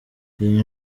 iyi